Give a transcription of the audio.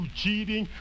cheating